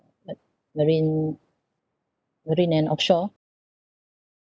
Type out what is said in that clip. marine marine and offshore